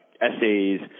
essays